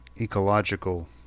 ecological